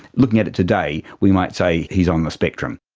looking at it today, we might say he's on the spectrum.